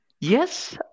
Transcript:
Yes